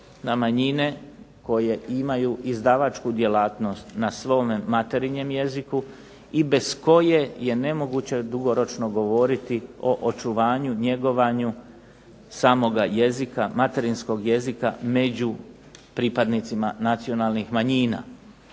na manjine koje imaju izdavačku djelatnost na svome materinjem jeziku, i bez koje je nemoguće dugoročno govoriti o očuvanju, njegovanju samoga jezika, materinskog jezika među pripadnicima nacionalnih manjina.